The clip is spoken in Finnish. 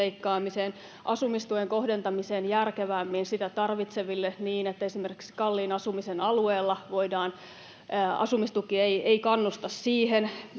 asumistuen kohdentamiseen järkevämmin sitä tarvitseville niin että esimerkiksi kalliin asumisen alueella voidaan... Asumistuki ei kannusta siihen.